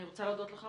אני רוצה להודות לך,